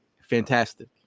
fantastic